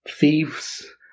thieves